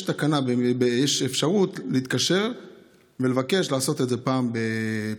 יש אפשרות להתקשר ולבקש לעשות את זה פעם בחודש,